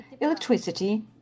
electricity